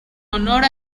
honor